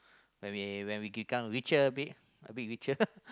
when we when we become richer a bit a bit richer